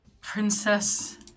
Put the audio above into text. princess